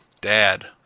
Dad